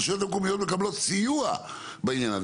הרשויות המקומיות מקבלות סיוע בעניין הזה.